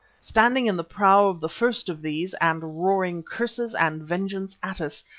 standing in the prow of the first of these, and roaring curses and vengeance at us,